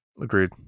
Agreed